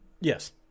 Yes